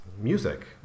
music